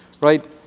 Right